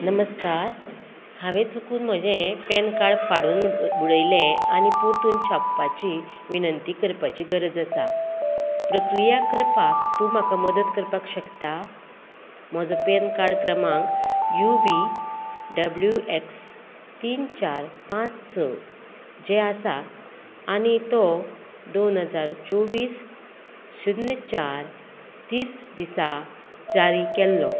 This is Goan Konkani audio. नमस्कार हांवें चुकून म्हजें पॅनकार्ड फाडून उडयलें आनी परतून छापपाची विनंती करपाची गरज आसा प्रक्रिया करपाक तूं म्हाका मदत करपाक शकता म्हजो पेनकार्ड क्रमांक यू बी डब्ल्यू एक्स तीन चार पांच स जें आसा आनी तो दोन हजार चोवीस शुन्य चार तीस दिसा जारी केल्लो